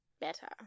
better